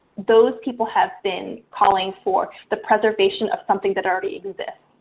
those people have been calling for the preservation of something that already exists.